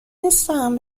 نیستم